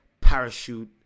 parachute